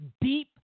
deep